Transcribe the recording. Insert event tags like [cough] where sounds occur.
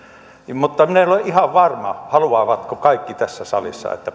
mutta minä en ole ihan varma haluavatko kaikki tässä salissa että [unintelligible]